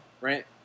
Right